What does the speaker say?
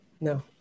No